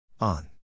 on